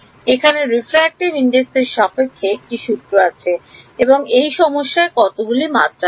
এখানে প্রতিসরাঙ্ক এর সাপেক্ষে একটা সূত্র আছে এবং এই সমস্যায় কতগুলো মাত্রা আছে